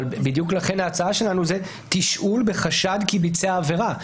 לכן ההצעה שלנו - תשאול בחשד כי ביצע עבירה.